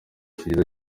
kigeze